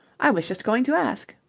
i was just going to ask.